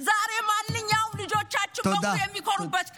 היום הזה הוא יום מיוחד.